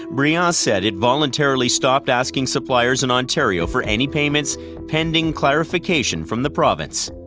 brien said it voluntarily stopped asking suppliers in ontario for any payments pending clarification from the province.